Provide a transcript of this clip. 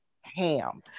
ham